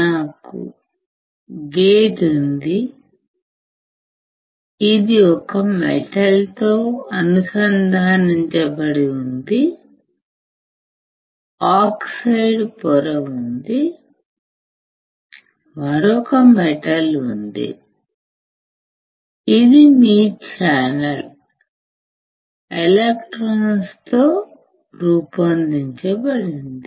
నాకు ఒక గేటు ఉంది ఇది ఒక మెటల్ తో అనుసంధానించబడి ఉంది ఆక్సైడ్ పొర ఉంది మరొక మెటల్ ఉంది ఇది మీ ఛానల్ ఎలక్ట్రాన్లతో రూపొందించబడింది